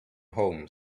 home